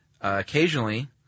occasionally